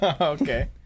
Okay